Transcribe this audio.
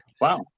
wow